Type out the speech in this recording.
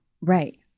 Right